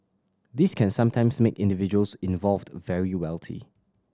this can sometimes make individuals involved very wealthy